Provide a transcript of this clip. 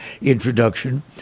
introduction